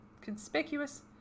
conspicuous